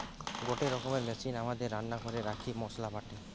গটে রকমের মেশিন আমাদের রান্না ঘরে রাখি মসলা বাটে